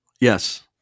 Yes